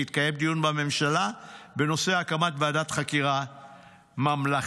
התקיים דיון בממשלה בנושא הקמת ועדת חקירה ממלכתית.